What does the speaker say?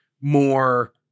more